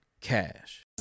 cash